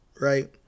right